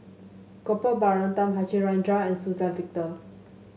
Gopal Baratham Harichandra and Suzann Victor